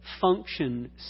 function